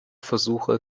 versuche